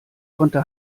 konnte